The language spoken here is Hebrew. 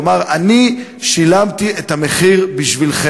הוא אמר: אני שילמתי את המחיר בשבילכם,